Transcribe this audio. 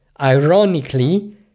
ironically